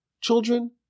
children